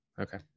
Okay